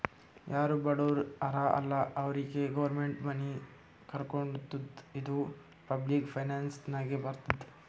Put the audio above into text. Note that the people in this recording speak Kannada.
ಯಾರು ಬಡುರ್ ಹರಾ ಅಲ್ಲ ಅವ್ರಿಗ ಗೌರ್ಮೆಂಟ್ ಮನಿ ಕಟ್ಕೊಡ್ತುದ್ ಇದು ಪಬ್ಲಿಕ್ ಫೈನಾನ್ಸ್ ನಾಗೆ ಬರ್ತುದ್